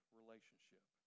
relationship